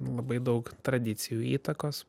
labai daug tradicijų įtakos